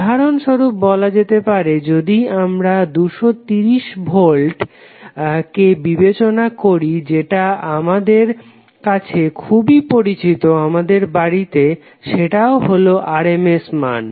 উদাহরণ স্বরূপ বলা যেতে পারে যদি আমরা 230 ভোল্ট কে বিবেচনা করি যেটা আমাদের কাছে খুবই পরিচিত আমাদের বাড়িতে সেটাও হলো RMS মান